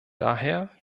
daher